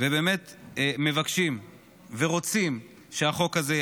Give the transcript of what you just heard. ובאמת מבקשים ורוצים שהחוק הזה יעבור.